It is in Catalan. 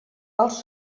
els